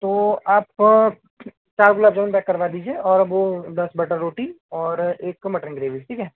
तो आप चार गुलाब जामुन पैक करवा दीजिए और वह दस बटर रोटी और एक मटन ग्रेवी ठीक है